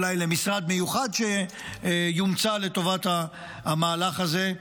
אולי למשרד מיוחד שיומצא לטובת המהלך הזה.